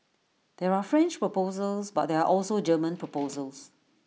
there are French proposals but there are also German proposals